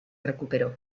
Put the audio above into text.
recuperó